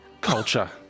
culture